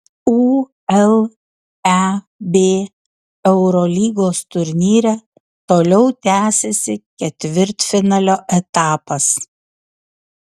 uleb eurolygos turnyre toliau tęsiasi ketvirtfinalio etapas